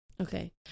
Okay